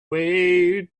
way